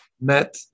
met